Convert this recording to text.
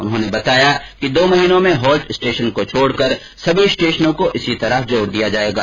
उन्होंने बताया कि दो महीनों में हॉल्ट स्टेशनों को छोड़कर सभी स्टेशनों को इसी तरह जोड़ दिया जाएगा